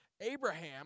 Abraham